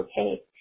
okay